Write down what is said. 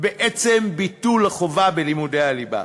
בעצם ביטול החובה בלימודי הליבה.